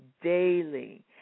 daily